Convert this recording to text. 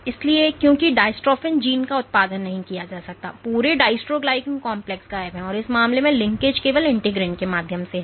इसलिए क्योंकि dystrophin gene का उत्पादन नहीं किया जाता है पूरे डिस्ट्रोग्लीकैन कॉम्प्लेक्स गायब है और इस मामले में लिंकेज केवल इंटीग्रिन के माध्यम से है